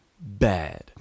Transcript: bad